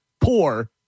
poor